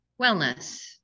Wellness